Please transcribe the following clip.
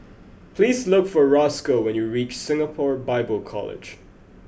please look for Roscoe when you reach Singapore Bible College